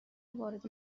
وارد